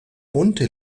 bunte